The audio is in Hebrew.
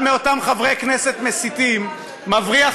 אחד מאותם חברי כנסת מסיתים מבריח